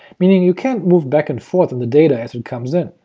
meaning you can't move back and forth on the data as it comes in.